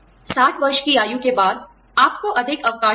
60 वर्ष की आयु के बाद आपको अधिक अवकाश लाभ मिलेगा